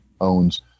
owns